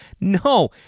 no